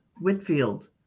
Whitfield